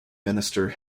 minister